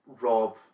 rob